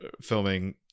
filming